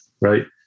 right